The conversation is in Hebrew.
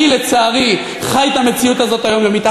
אני, לצערי, חי את המציאות הזאת, היומיומית.